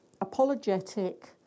apologetic